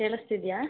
ಕೇಳಿಸ್ತಿದೆಯಾ